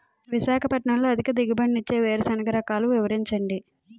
విశాఖపట్నంలో అధిక దిగుబడి ఇచ్చే వేరుసెనగ రకాలు వివరించండి?